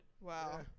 Wow